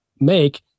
make